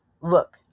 Look